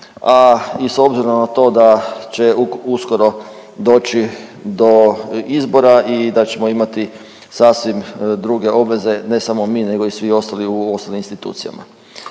a i s obzirom na to da će uskoro doći do izbora i da ćemo imati sasvim druge obveze, ne samo mi nego i svi ostali u ostalim institucijama.